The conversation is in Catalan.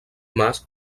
mas